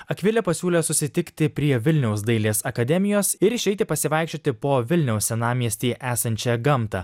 akvilė pasiūlė susitikti prie vilniaus dailės akademijos ir išeiti pasivaikščioti po vilniaus senamiesty esančią gamtą